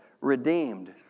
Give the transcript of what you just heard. redeemed